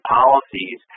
policies